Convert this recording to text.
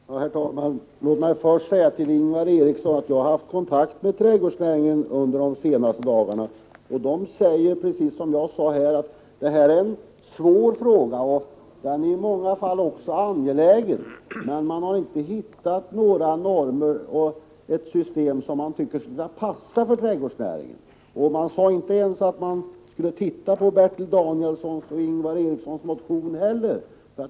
Herr talman! Låt mig först säga till Ingvar Eriksson att jag har haft kontakt med företrädare för trädgårdsnäringen under de senaste dagarna. De säger, precis som jag sade här, att detta är en svår fråga och att den i många fall också är angelägen, men man har inte hittat normer och ett system som man tycker skulle passa för trädgårdsnäringen. Man sade inte ens att man skulle titta på Bertil Danielssons och Ingvar Erikssons motion.